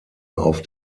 auf